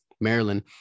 maryland